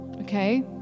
Okay